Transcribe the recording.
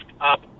up